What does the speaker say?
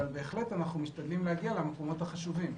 אבל בהחלט אנחנו משתדלים להגיע למקומות החשובים.